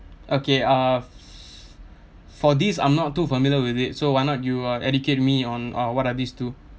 okay uh for this I'm not too familiar with it so why not you uh educate me on oh what are these two